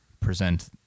present